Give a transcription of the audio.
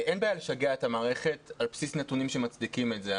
אין בעיה לשגע את המערכת על בסיס נתונים שמצדיקים את זה.